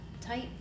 tight